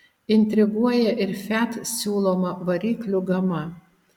intriguoja ir fiat siūloma variklių gama